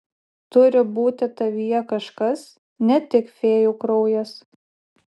turi būti tavyje kažkas ne tik fėjų kraujas